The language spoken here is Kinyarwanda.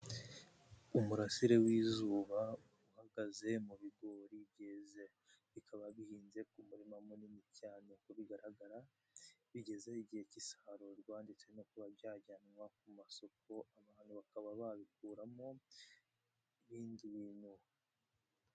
Umurasire w'izuba uhagaze mu bigori byeze, bikaba gihinze ku murima munini cyane, uko bigaragara bigeze igihe cy'isarurwa, ndetse no kuba byajyanwa ku masoko abantu bakaba babikuramo ibibindi bintu.